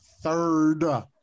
third